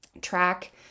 track